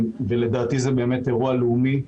ולדעתי, זה באמת אירוע לאומי,